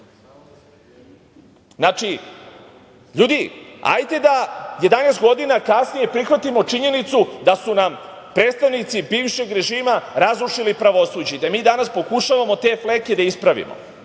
godine. Znači, ljudi, hajte da 11 godina kasnije prihvatimo činjenicu da su nam predstavnici bivšeg režima razrušili pravosuđe i da mi danas pokušavamo te fleke da ispravimo.